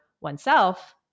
oneself